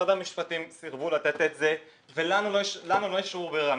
משרד המשפטים סירב לתת את זה ולנו לא השאירו ברירה.